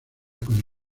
con